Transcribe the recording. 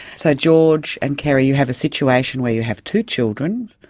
so george and kerrie, you have a situation where you have two children,